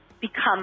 become